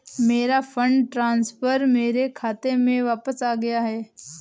मेरा fund transfer मेरे खाते में वापस आ गया है